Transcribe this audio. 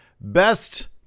Best